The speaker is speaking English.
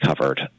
covered